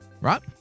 Right